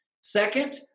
Second